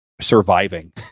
surviving